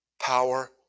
power